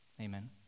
Amen